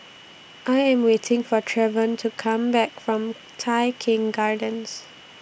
I Am waiting For Trevion to Come Back from Tai Keng Gardens